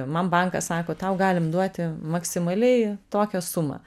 man bankas sako tau galim duoti maksimaliai tokią sumą